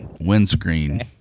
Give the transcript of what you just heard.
Windscreen